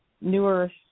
newer